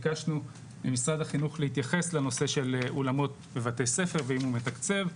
ביקשנו ממשרד החינוך להתייחס לנושא של אולמות בבתי-ספר ואם הוא מתקצב,